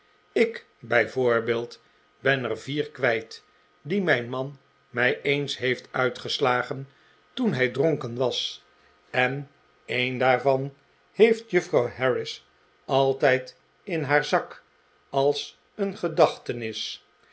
ik bij voorbeeld ben er vier kwijt die mijn man mij eens heeft uitgeslagen toen hij dronken was en een daarvan heeft juffrouw harris altijd in haar zak als een gedachtenis